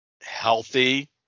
healthy